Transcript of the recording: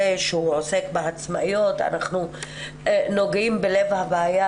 שעוסק בעצמאיות אנחנו נוגעים בלב הבעיה,